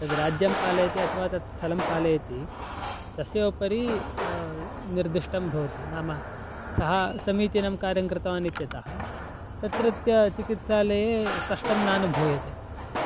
तद्राज्यं पालयति अथवा तत् स्थलं पालयति तस्य उपरि निर्दिष्टं भवति नाम सः समीचीनं कार्यं कृतवान् इत्यतः तत्रत्यचिकित्सालये कष्टं नानुभूयते